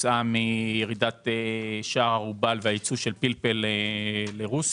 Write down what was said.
כתוצאה מירידת שער הרובל והייצוא של פלפל לרוסיה,